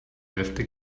hälfte